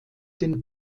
den